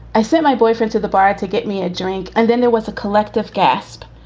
i said my boyfriend to the bar to get me a drink and then there was a collective gasp.